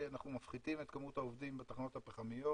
אנחנו מפחיתים את כמות העובדים בתחנות הפחמיות